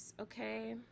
okay